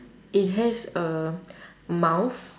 it has a mouth